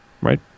Right